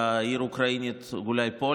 אוקראינה.